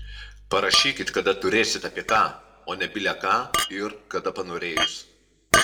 parašykit kada turėsit apie ką o ne bile ką ir kada panorėjus